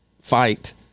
fight